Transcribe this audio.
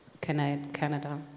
Canada